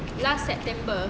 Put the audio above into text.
last september